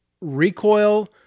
recoil